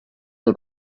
del